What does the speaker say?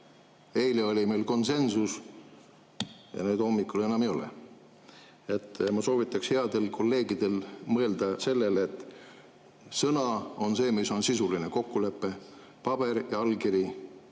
eile oli meil konsensus, aga nüüd hommikul enam ei ole. Ma soovitaks headel kolleegidel mõelda sellele, et sõna on see, mis on sisuline kokkulepe, paber ja allkiri